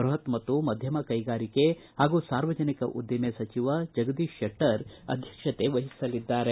ಬೃಹತ್ ಮತ್ತು ಮಧ್ಯಮ ಕೈಗಾರಿಕೆ ಹಾಗೂ ಸಾರ್ವಜನಿಕ ಉದ್ದಿಮೆ ಸಚಿವ ಜಗದೀತ್ ಶೆಟ್ಟರ್ ಪಾಲ್ಗೊಳ್ಳಲಿದ್ದಾರೆ